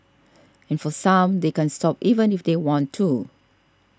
and for some they can't stop even if they want to